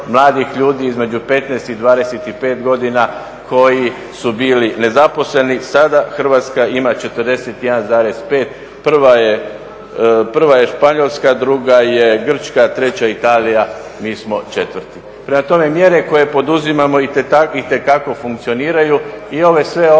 mladih ljudi između 15 i 25 godina koji su bili nezaposleni, sada Hrvatska ima 41,5, 1. je Španjolska, 2. je Grčka, 3. Italija, mi smo 4. Prema tome mjere koje poduzimamo itekako funkcioniraju i sve ovo